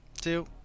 Two